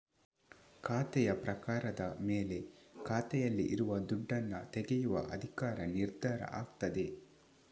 ಖಾತೆಯ ಪ್ರಕಾರದ ಮೇಲೆ ಖಾತೆಯಲ್ಲಿ ಇರುವ ದುಡ್ಡನ್ನ ತೆಗೆಯುವ ಅಧಿಕಾರ ನಿರ್ಧಾರ ಆಗ್ತದೆ